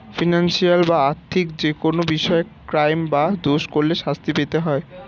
financial বা আর্থিক যেকোনো বিষয়ে ক্রাইম বা দোষ করলে শাস্তি পেতে হয়